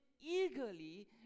eagerly